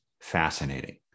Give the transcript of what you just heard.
fascinating